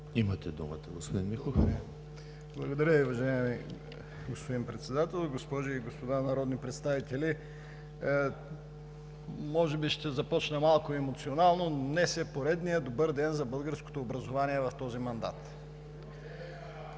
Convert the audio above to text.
за изказване, господин Михов. МИЛЕН МИХОВ (ОП): Благодаря Ви, уважаеми господин Председател. Госпожи и господа народни представители! Може би ще започна малко емоционално, но днес е поредният добър ден за българското образование в този мандат.